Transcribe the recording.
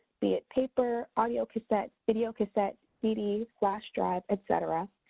be it paper, audio cassette, video cassette, cd, flash drive, et cetera,